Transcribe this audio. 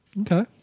Okay